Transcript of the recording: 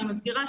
אני מזכירה,